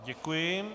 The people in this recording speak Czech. Děkuji.